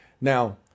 Now